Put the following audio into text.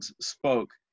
spoke